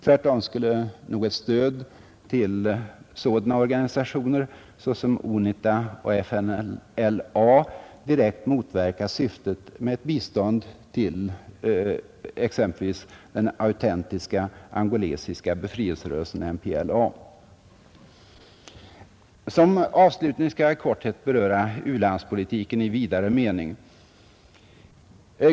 Tvärtom skulle nog ett stöd till sådana grupper som Unita och FNLA direkt motverka syftet med ett bistånd till exempelvis den autentiska angolesiska befrielserörelsen MPLA. Som avslutning skall jag i korthet beröra u-landspolitiken i vidare mening.